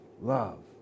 love